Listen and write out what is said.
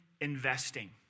investing